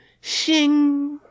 shing